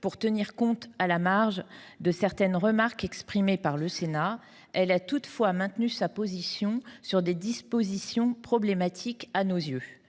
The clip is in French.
pour tenir compte, à la marge, de certaines remarques du Sénat, elle a toutefois maintenu sa position sur des dispositions problématiques à nos yeux.